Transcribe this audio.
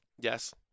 Yes